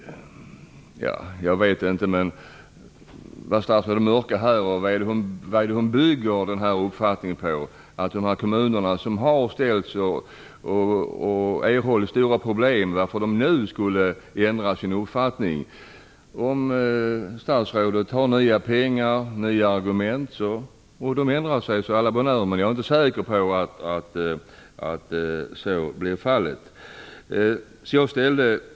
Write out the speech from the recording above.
Jag vet inte på vad statsrådet bygger uppfattningen att dessa kommuner, som har fått stora problem, nu skulle ändra sin åsikt. Om statsrådet har nya pengar, nya argument och kommunerna ändrar sig säger jag à la bonheure, men jag är inte säker på att så blir fallet.